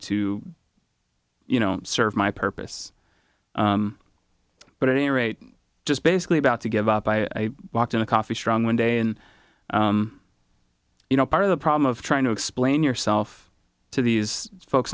to you know serve my purpose but at any rate i just basically about to give up i walked in a coffee strong one day and you know part of the problem of trying to explain yourself to these folks